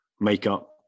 makeup